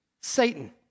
Satan